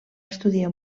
estudiar